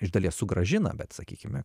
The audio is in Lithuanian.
iš dalies sugrąžina bet sakykime